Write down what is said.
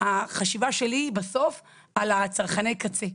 החשיבה שלי בסוף על צרכי הקצה,